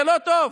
זה לא טוב,